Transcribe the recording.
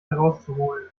herauszuholen